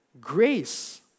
grace